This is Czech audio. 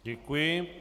Děkuji.